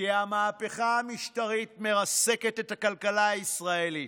כי המהפכה המשטרית מרסקת את הכלכלה הישראלית.